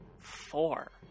four